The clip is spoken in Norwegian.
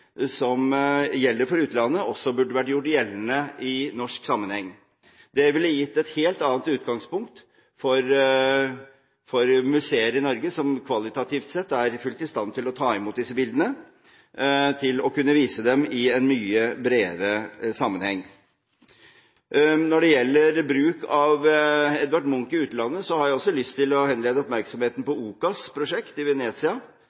som gjelder for utlandet, også burde gjøres gjeldende i norsk sammenheng. Det ville gitt et helt annet utgangspunkt for museer i Norge – som kvalitativt sett er fullt i stand til å ta imot disse bildene – til å kunne vise dem i en mye bredere sammenheng. Når det gjelder bruk av Edvard Munch i utlandet, har jeg også lyst til å henlede oppmerksomheten på OCAs prosjekt i